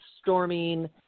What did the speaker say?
storming